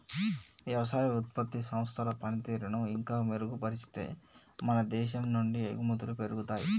వ్యవసాయ ఉత్పత్తి సంస్థల పనితీరును ఇంకా మెరుగుపరిస్తే మన దేశం నుండి ఎగుమతులు పెరుగుతాయి